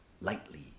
lightly